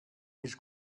his